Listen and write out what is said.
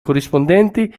corrispondenti